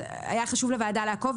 היה חשוב לוועדה לעקוב.